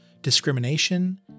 discrimination